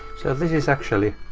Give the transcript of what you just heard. so this is actually.